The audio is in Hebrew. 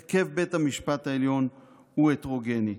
הרכב בית המשפט העליון הוא הטרוגני.